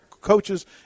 coaches